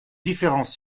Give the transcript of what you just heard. différents